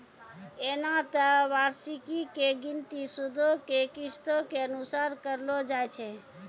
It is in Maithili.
एना त वार्षिकी के गिनती सूदो के किस्तो के अनुसार करलो जाय छै